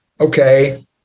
okay